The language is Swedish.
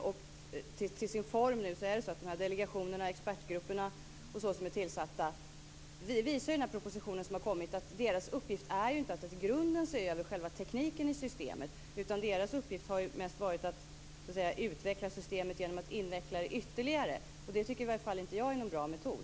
Den proposition som har kommit visar ju att uppgiften för de här delegationerna och de expertgrupper som är tillsatta inte är att i grunden se över själva tekniken i systemet, utan deras uppgift har mest varit att utveckla systemet genom att inveckla det ytterligare. Och det tycker i varje fall inte jag är någon bra metod.